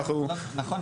נכון.